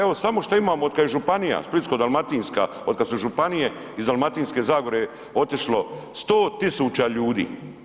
Evo šta imamo od kada je županija Splitsko-dalmatinska od kada su županije iz dalmatinske zagore otišlo 100.000 ljudi.